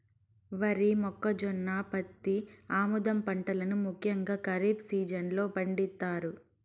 వరి, మొక్కజొన్న, పత్తి, ఆముదం పంటలను ముఖ్యంగా ఖరీఫ్ సీజన్ లో పండిత్తారు